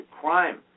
crime